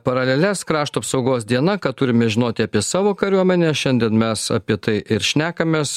paraleles krašto apsaugos diena ką turime žinoti apie savo kariuomenę šiandien mes apie tai ir šnekamės